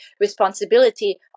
responsibility